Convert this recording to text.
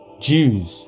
Jews